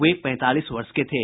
वे पैंतालीस वर्ष के थे